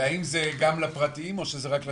והאם זה גם לפרטיים או שזה רק לציבוריים?